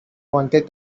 wanted